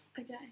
okay